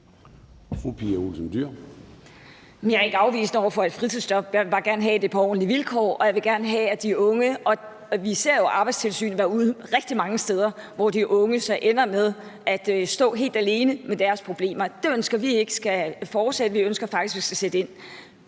jeg er ikke afvisende over for et fritidsjob. Jeg vil bare gerne have, at det er på ordentlige vilkår, og vi ser jo Arbejdstilsynet være ude rigtig mange steder, hvor de unge så ender med at stå helt alene med deres problemer, og det ønsker vi ikke skal fortsætte; vi ønsker faktisk at sætte ind